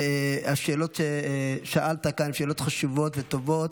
שהשאלות ששאלת כאן הן שאלות חשובות וטובות,